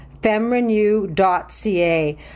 Femrenew.ca